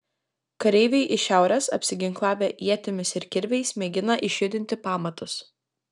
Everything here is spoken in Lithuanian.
kareiviai iš šiaurės apsiginklavę ietimis ir kirviais mėgina išjudinti pamatus